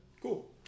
Cool